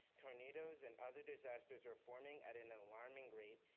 tornadoes and other disasters are forming at an and alarming rate.